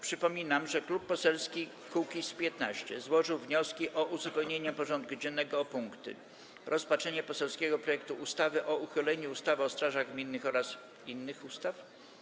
Przypominam, że Klub Poselski Kukiz’15 złożył wnioski o uzupełnienie porządku dziennego o punkty: - Rozpatrzenie poselskiego projektu ustawy o uchyleniu ustawy o strażach gminnych oraz o zmianie innych ustaw,